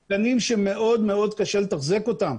אלה מתקנים שמאוד מאוד קשה לתחזק אותם.